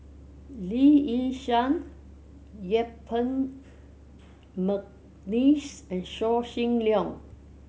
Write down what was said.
Lee Yi Shyan Yuen Peng McNeice and Yaw Shin Leong